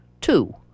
Two